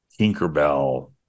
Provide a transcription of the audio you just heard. Tinkerbell